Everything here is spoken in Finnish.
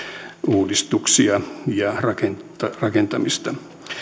uudistuksia ja rakentamista